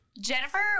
Jennifer